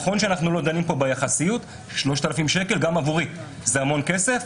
נכון שאנחנו לא דנים פה ביחסיות ו-3,000 שקל גם בעבורי זה המון כסף,